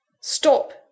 Stop